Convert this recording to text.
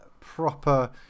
proper